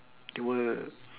they will